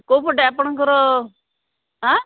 କେଉଁପଟେ ଆପଣଙ୍କର ଆଁ